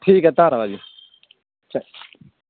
ਠੀਕ ਹੈ